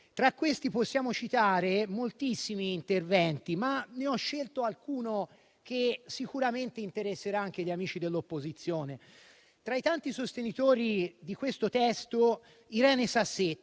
Tra questi possiamo citare moltissimi interventi, ma ne ho scelti alcuni che sicuramente interesseranno anche gli amici dell'opposizione. Tra i tanti sostenitori di questo testo c'è Irene Sassetti,